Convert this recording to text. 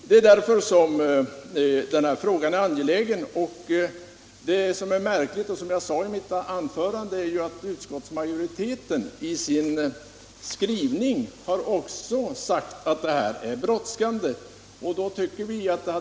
Det märkliga är, som jag sade i mitt första anförande, att utskottsmajoriteten i sin skrivning också har sagt att den här frågan kräver omedelbar uppmärksamhet.